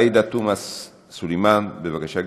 עאידה תומא סלימאן, בבקשה,